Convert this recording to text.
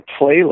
playlist